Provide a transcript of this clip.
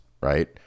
right